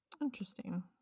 Interesting